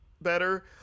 better